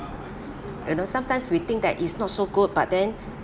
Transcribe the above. you know sometimes we think that is not so good but then